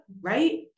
right